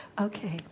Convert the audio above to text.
Okay